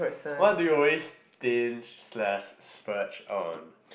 what do you always thin slash splurge on